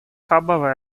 кабо